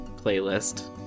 playlist